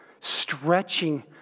stretching